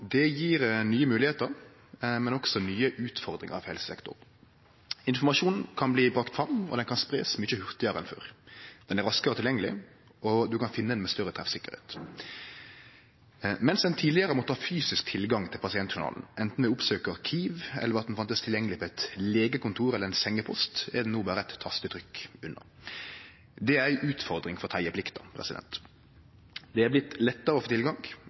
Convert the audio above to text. pasientjournalar gir nye moglegheiter, men også nye utfordringar for helsesektoren. Informasjonen kan bringast fram, han kan spreiast mykje hurtigare enn før, han er raskare tilgjengeleg, og ein kan finne han med større treffsikkerheit. Mens ein tidlegare måtte ha fysisk tilgang til pasientjournalen, anten ved å oppsøke arkiv eller ved at han fanst tilgjengeleg på eit legekontor eller ein sengepost, er han no berre eit tastetrykk unna. Det er ei utfordring for teieplikta. Det har vorte lettare å få tilgang,